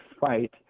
fight